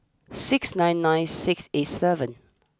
six nine nine six eight seven